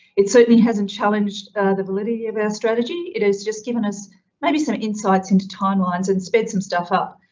it certainly hasn't challenged the validity of our strategy. it has just given us maybe some insights into timelines and sped some stuff up.